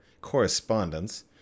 correspondence